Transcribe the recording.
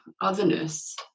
otherness